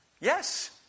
Yes